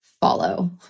follow